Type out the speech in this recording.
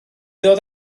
ddod